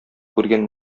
күргән